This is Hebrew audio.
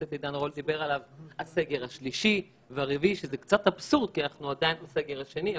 הסגר השלישי והרביעי וזה קצת אבסורד כי אנחנו עדיין בסגר השני,